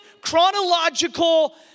chronological